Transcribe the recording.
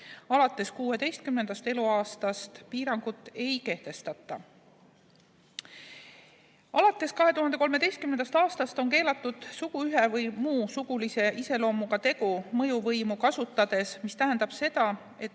Alates 16. eluaastast piirangut ei kehtestata. Alates 2013. aastast on keelatud suguühe või muu sugulise iseloomuga tegu mõjuvõimu kasutades, mis tähendab seda, et